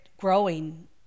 growing